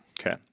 okay